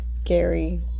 scary